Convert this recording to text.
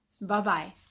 Bye-bye